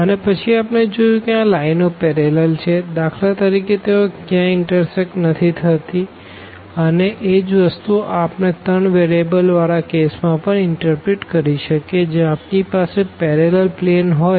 અને પછી આપણે જોયું કે આ લાઈનો પેરેલલ છે દાખલા તરીકે તેઓ ક્યારેય ઇન્ટરસેકટ નથી થતી અને એજ વસ્તુ આપણે ત્રણ વેરીએબલ વાળા કેસ માં પણ ઇન્ટરપ્રીટ કરી શકીએ જ્યાં આપણી પાસે પેરેલલ પ્લેન હોઈ